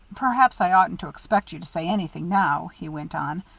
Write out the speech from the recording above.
perhaps i oughtn't to expect you to say anything now, he went on.